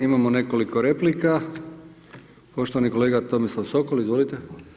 Imamo nekoliko replika, poštovani kolega Tomislav Sokol, izvolite.